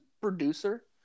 producer